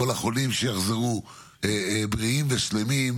דבורה עידן היא אמו של צחי עידן.